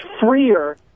freer